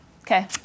Okay